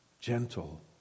Gentle